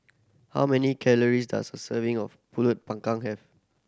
how many calories does a serving of Pulut Panggang have